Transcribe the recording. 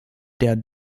der